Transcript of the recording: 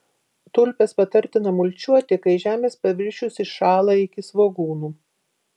tulpes patartina mulčiuoti kai žemės paviršius įšąla iki svogūnų